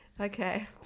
okay